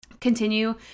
continue